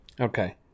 Okay